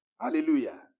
Hallelujah